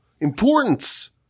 importance